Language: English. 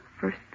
First